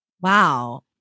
Wow